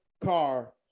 car